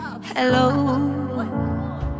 Hello